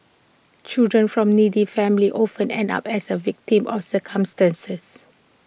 children from needy families often end up as A victims of circumstances